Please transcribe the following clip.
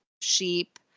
sheep